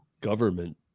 government